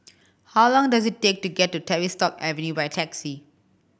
how long does it take to get to Tavistock Avenue by taxi